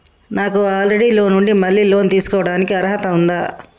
నాకు already loan ఉండి మళ్ళీ లోన్ తీసుకోవడానికి అర్హత ఉందా?